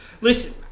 Listen